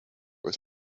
was